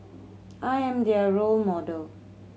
I am their role model